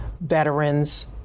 veterans